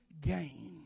gain